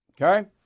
Okay